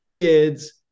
kids